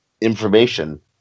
information